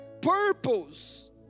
purpose